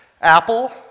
Apple